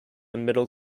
middle